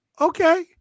okay